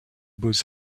beaux